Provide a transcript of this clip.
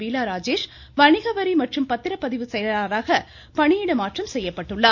பீலா ராஜேஷ் வணிகவரி மற்றும் பதிவுத்துறை செயலாளராக பணியிட மாற்றம் செய்யப்பட்டுள்ளார்